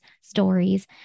stories